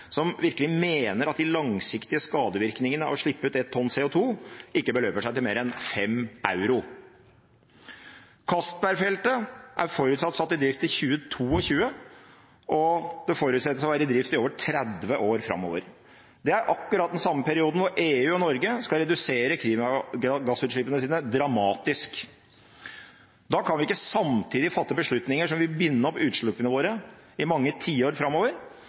som virkelig mener at de langsiktige skadevirkningene av å slippe ut ett tonn CO2 ikke beløper seg til mer enn 5 euro. Johan Castberg-feltet er forutsatt satt i drift i 2022, og det forutsettes å være i drift i over 30 år framover. Det er akkurat den samme perioden som EU og Norge skal redusere klimagassutslippene sine dramatisk, og da kan vi ikke samtidig fatte beslutninger som vil binde opp utslippene våre i mange tiår framover.